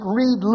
read